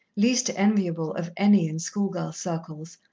least enviable of any in schoolgirl circles,